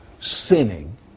sinning